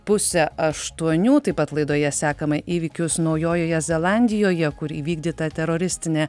pusę aštuonių taip pat laidoje sekame įvykius naujojoje zelandijoje kur įvykdyta teroristinė